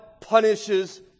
punishes